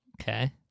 Okay